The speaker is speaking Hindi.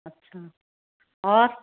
अच्छा और